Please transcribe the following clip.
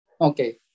Okay